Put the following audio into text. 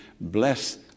bless